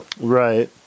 Right